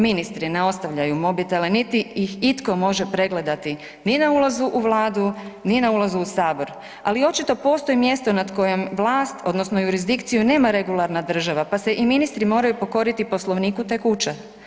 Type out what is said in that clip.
Ministri ne ostavljaju mobitele niti ih itko može pregledati ni na ulazu u Vladu, ni na ulazu u Sabor, ali očito postoji mjesto nad kojom vlast odnosno jurisdikciju nema regularna država pa se i ministri moraju pokoriti poslovniku te kuće.